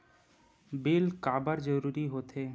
Bill काबर जरूरी होथे?